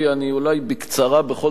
אני אולי בקצרה בכל זאת אחזור,